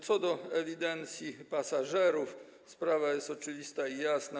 Co do ewidencji pasażerów to sprawa jest oczywista i jasna.